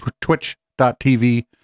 twitch.tv